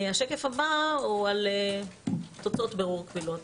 השקף הבא הוא על תוצאות בירור קבילות.